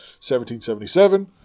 1777